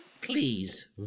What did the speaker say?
Please